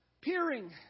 peering